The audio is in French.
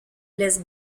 laisse